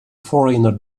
foreigner